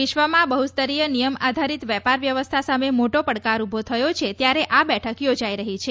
વિશ્વમાં બહુસ્તરીય નિયમ આધારીત વેપાર વ્યવસ્થા સામે મોટો પડકાર ઉભો થયો છે ત્યારે આ બેઠક યોજાઈ રહી છે